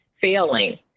failing